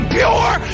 pure